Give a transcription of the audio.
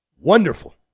Wonderful